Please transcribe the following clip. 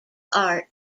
art